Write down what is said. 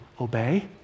obey